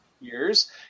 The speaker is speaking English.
years